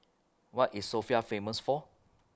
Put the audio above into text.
What IS Sofia Famous For